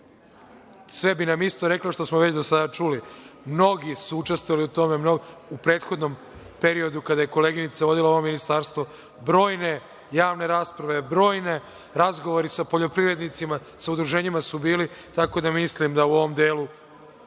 sve bi nam isto rekla što smo već do sada čuli. Mnogi su učestvovali u tome, u prethodnom periodu, kada je koleginica vodila ovo ministarstvo, brojne javne rasprave, brojni razgovori sa poljoprivrednicima, sa udruženjima su bili, tako da mislim da u ovom delu